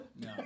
No